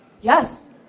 Yes